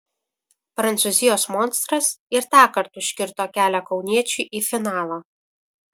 prancūzijos monstras ir tąkart užkirto kelią kauniečiui į finalą